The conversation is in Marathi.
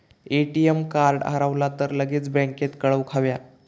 ए.टी.एम कार्ड हरवला तर लगेच बँकेत कळवुक हव्या